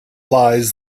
lies